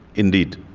indeed.